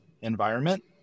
environment